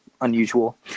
Unusual